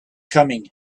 coming